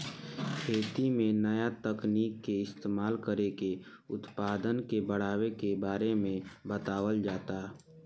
खेती में नया तकनीक के इस्तमाल कर के उत्पदान के बढ़ावे के बारे में बतावल जाता